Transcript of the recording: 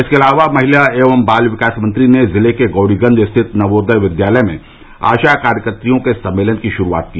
इसके अलावा महिला एवं बाल विकास मंत्री ने जिले के गौरीगंज स्थित नवोदय विद्यालय में आशा कार्य कत्रियों के सम्मेलन की शुरूआत की